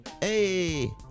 Hey